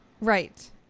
Right